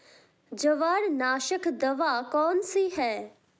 जवार नाशक दवा कौन सी है?